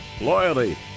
Loyalty